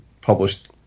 published